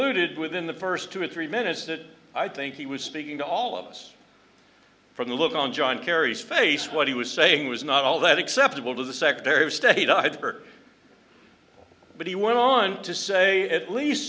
concluded within the first two or three minutes that i think he was speaking to all of us from the look on john kerry's face what he was saying was not all that acceptable to the secretary of state either but he went on to say at least